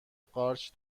قارچ